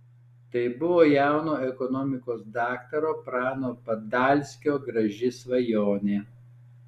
tai buvo jauno ekonomikos daktaro prano padalskio graži svajonė